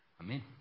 Amen